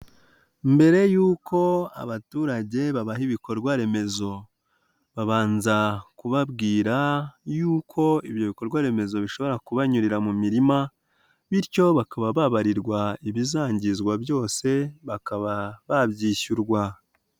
Mbere y'uko abaturage babaha ibikorwa remezo, babanza kubabwira y'uko ibyo bikorwa remezo bishobora kubanyurira mu mirima, bityo bakaba babarirwa ibizangizwa byose bakaba babyishyurwa.